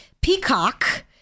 Peacock